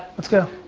let's go.